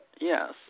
yes